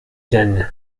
dzień